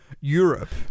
Europe